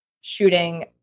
shooting